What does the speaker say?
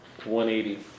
180